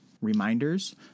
reminders